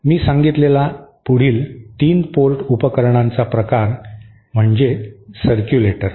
मी सांगितलेला पुढील 3 पोर्ट उपकरणांचा प्रकार म्हणजे सरक्यूलेटर